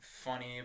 funny